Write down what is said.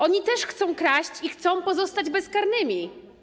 Oni też chcą kraść i chcą pozostać bezkarni.